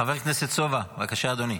חבר הכנסת סובה, בבקשה, אדוני.